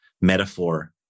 metaphor